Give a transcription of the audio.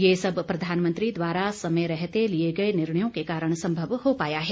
ये सब प्रधानमंत्री द्वारा समय रहते लिए गए निर्णयों के कारण सम्भव हो पाया है